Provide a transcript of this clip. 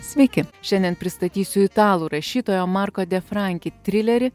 sveiki šiandien pristatysiu italų rašytojo marko de franki trilerį